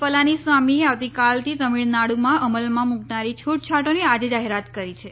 પલાનીસ્વામીએ આવતીકાલથી તમીળનાડુમાં અમલમાં મૂકાનારી છૂટછાટોની આજે જાહેરાત કરી છે